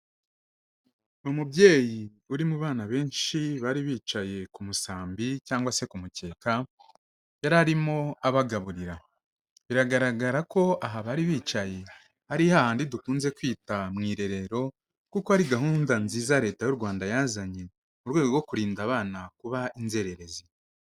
Umubyeyi uri mu bana benshi bari bicaye ku musambi cyangwa se ku mukeka, yari arimo abagaburira, biragaragara ko aha bari bicaye ari ha handi dukunze kwita mu irerero, kuko ari gahunda nziza Leta y'u Rwanda yazanye mu rwego rwo kurinda abana kuba inzererezi.